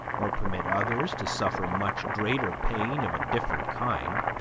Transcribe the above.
or permit others to suffer much greater pain of a different kind.